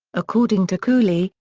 according to cooley,